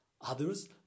Others